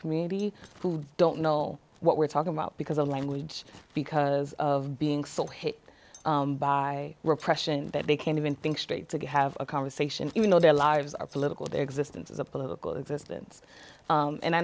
community who don't know what we're talking about because a language because of being so hit by repression that they can't even think straight to go have a conversation even though their lives are political their existence as a political existence and i